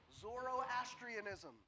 Zoroastrianism